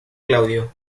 claudio